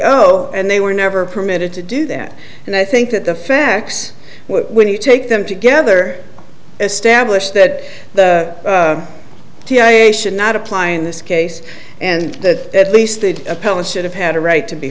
owe and they were never permitted to do that and i think that the facts when you take them together establish that the cia should not apply in this case and that at least the appellate should have had a right to be